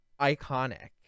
Iconic